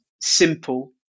simple